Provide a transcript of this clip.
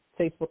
Facebook